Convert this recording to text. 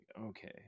okay